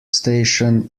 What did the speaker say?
station